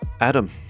Adam